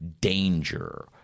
danger